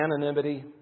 anonymity